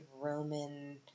Roman